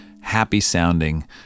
happy-sounding